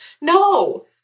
no